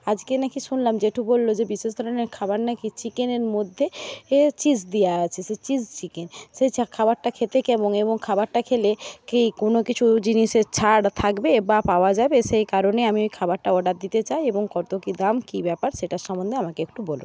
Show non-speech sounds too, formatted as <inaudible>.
আজকে নাকি শুনলাম জেঠু বলল যে বিশেষ ধরণের খাবার নাকি চিকেনের মধ্যে এ চিজ দেওয়া আছে সে চিজ চিকেন সে <unintelligible> খাবারটা খেতে কেমন এবং খাবারটা খেলে কি কোনো কিছু জিনিসের ছাড় থাকবে বা পাওয়া যাবে সেই কারণে আমি ওই খাবারটা অর্ডার দিতে চাই এবং কতো কি দাম এবং কি ব্যাপার সেটার সম্বন্ধে আমাকে একটু বলুন